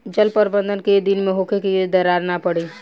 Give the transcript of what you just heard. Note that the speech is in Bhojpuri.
जल प्रबंधन केय दिन में होखे कि दरार न पड़ी?